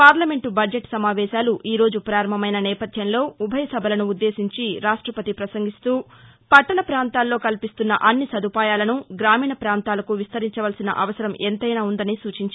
parliament budget సమావేశాలు ఈరోజు ప్రారంభమైన నేపధ్యంలో ఉభయసభలను ఉద్దేశించి రాష్టపతి ప్రసంగిస్తూ పట్టణ పాంతాల్లో కల్పిస్తున్న అన్ని సదుపాయాలసు గ్రామీణ పాంతాలకు విస్తరించవలసిన అవసరం ఎంతైనా వుందని సూచించారు